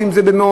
אם זה במעונות,